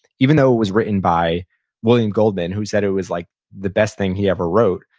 even though it was written by william goldman, who said it was like the best thing he ever wrote.